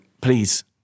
please